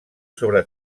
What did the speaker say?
sobre